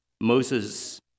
Moses